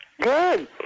Good